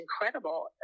incredible